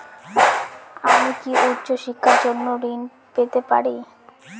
আমি কি উচ্চ শিক্ষার জন্য ঋণ পেতে পারি?